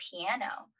piano